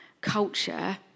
culture